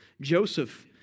Joseph